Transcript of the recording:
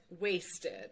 wasted